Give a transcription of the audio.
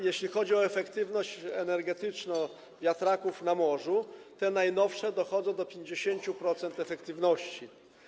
Jeśli chodzi o efektywność energetyczną wiatraków na morzu, te najnowsze dochodzą do 50% efektywności.